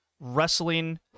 wrestling